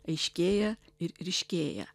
aiškėja ir ryškėja